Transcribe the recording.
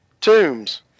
tombs